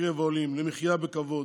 בקרב העולים למחיה בכבוד,